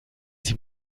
sie